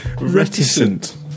reticent